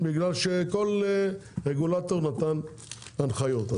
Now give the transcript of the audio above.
בגלל שכל רגולטור נותן הנחיות.